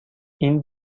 این